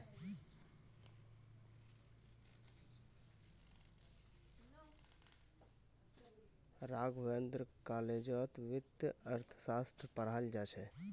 राघवेंद्र कॉलेजत वित्तीय अर्थशास्त्र पढ़ाल जा छ